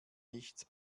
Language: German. nichts